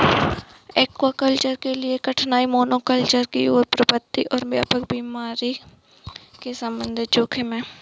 aquaculture के लिए कठिनाई मोनोकल्चर की ओर प्रवृत्ति और व्यापक बीमारी के संबंधित जोखिम है